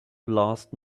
blast